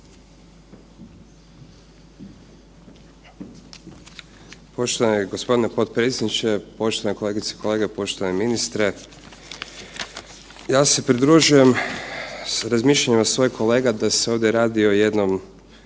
Poštovani gospodine potpredsjedniče, poštovane kolegice i kolege, poštovani ministre. Ja se pridružujem sa razmišljanjima svojih kolega da se ovdje radi o jednom